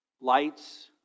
Lights